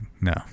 no